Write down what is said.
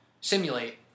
simulate